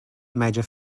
major